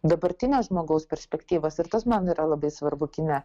dabartinės žmogaus perspektyvos ir tas man yra labai svarbu kine